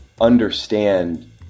understand